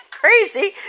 crazy